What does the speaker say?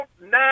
nine